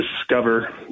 discover